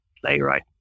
playwright